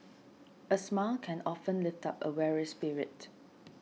a smile can often lift up a weary spirit